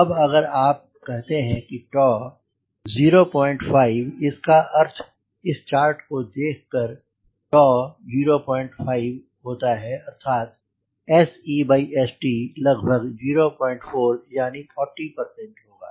अब अगर आप कहते हैं 05 इसका अर्थ इस चार्ट को देख कर 05 होता है अर्थात लगभग 04 यानी 40 होगा